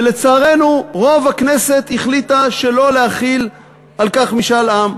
ולצערנו רוב הכנסת החליטה שלא להחיל על כך משאל עם.